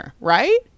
right